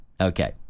Okay